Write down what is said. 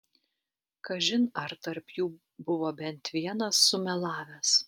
kažin ar tarp jų buvo bent vienas sumelavęs